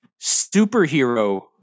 superhero